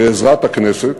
בעזרת הכנסת,